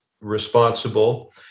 responsible